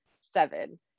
seven